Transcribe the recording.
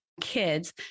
kids